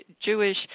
Jewish